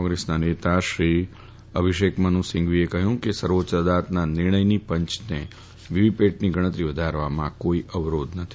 કોંગ્રેસના નેતા અભિષેક મનુસિંધવીએ કહ્યું કે સર્વોચ્ય અદાલતના નિર્ણયની પંચને વીવીપેટની ગણતરી વધારવામાં કોઈ અવરોધ નથી